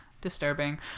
disturbing